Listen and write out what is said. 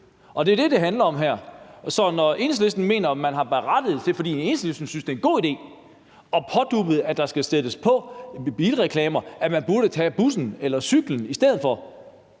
og det er det, det handler om her. Så når Enhedslisten mener, at det er berettiget, fordi de synes, det er en god idé, at der skal stå på bilreklamer, at man burde tage bussen eller cyklen i stedet,